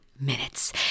minutes